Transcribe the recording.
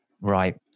Right